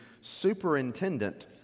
superintendent